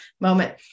moment